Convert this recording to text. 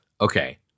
okay